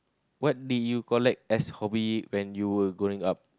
what do you collect as hobby when you were growing up